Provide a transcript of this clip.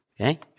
Okay